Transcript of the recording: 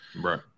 Right